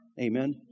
Amen